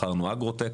בחרנו אגרוטק